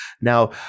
now